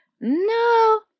no